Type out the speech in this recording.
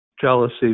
jealousy